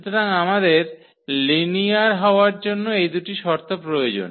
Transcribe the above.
সুতরাং আমাদের লিনিয়ার হওয়ার জন্য এই দুটি শর্ত প্রয়োজন